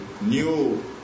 new